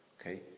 Okay